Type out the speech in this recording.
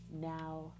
now